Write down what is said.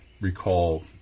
recall